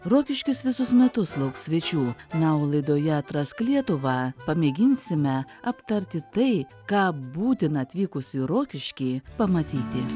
rokiškis visus metus lauks svečių na o laidoje atrask lietuvą pamėginsime aptarti tai ką būtina atvykus į rokiškį pamatyti